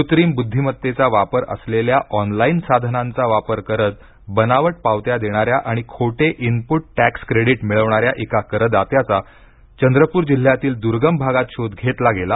कृत्रिम बुध्दिमत्तेचा वापर असलेल्या ऑनलाईन साधनांचा वापर करत बनावट पावत्या देणाऱ्या आणि खोटे इनपुट टॅक्स क्रेडिट मिळविणाऱ्या एका करदात्याचा चंद्रपूर जिल्ह्यातील दुर्गम भागात शोध घेतला गेला